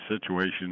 situation